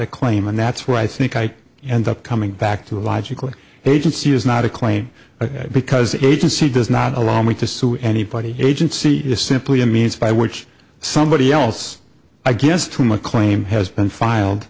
a claim and that's where i think i end up coming back to logically agency is not a claim because agency does not allow me to sue anybody agency is simply a means by which somebody else i guess to my claim has been filed